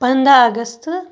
پنٛداہ اگستہٕ